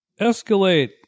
Escalate